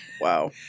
wow